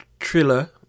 triller